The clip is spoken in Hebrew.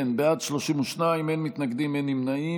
אם כן, בעד, 32, אין מתנגדים, אין נמנעים.